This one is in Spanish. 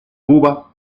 cuba